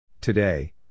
Today